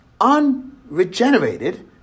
unregenerated